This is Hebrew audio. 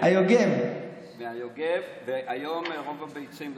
היום רוב הביצים,